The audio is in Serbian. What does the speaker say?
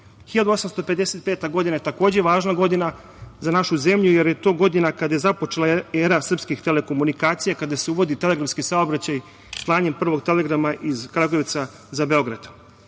1855. godina je važna godina za našu zemlju, jer je to godina kada je započeta era srpskih telekomunikacija, kada se uvodi telegramski saobraćaj, slanje prvog telegrama iz Kragujevca za Beograd.